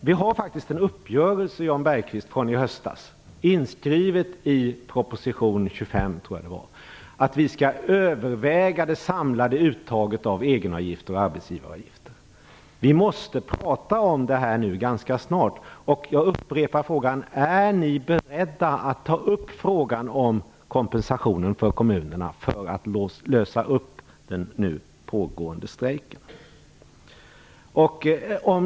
Vi har faktiskt, Jan tror jag det var - proposition 25, om att vi skall överväga det samlade uttaget av egenavgifter och arbetsgivaravgifter. Vi måste prata om det här ganska snart. Jag upprepar frågan: Är ni beredda att ta upp frågan om kompensationen till kommunerna för att lösa upp den nu pågående strejken?